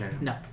No